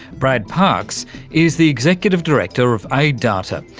brad parks is the executive director of aiddata,